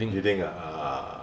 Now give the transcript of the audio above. leading ah ah